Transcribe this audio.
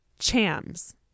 Chams